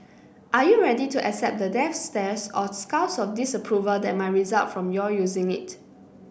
are you ready to accept the death stares or scowls of disapproval that might result from your using it